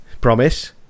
Promise